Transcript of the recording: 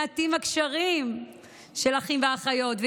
מעטים הקשרים כשל אחים ואחיות.